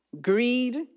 greed